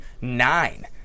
Nine